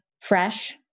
fresh